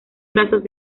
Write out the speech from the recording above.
brazos